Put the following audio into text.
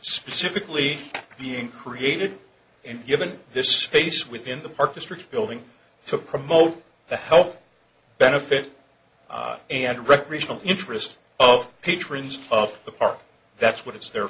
specifically being created and given this space within the park district building to promote the health benefits and recreational interests of teachers of the park that's what it's there